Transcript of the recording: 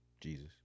Jesus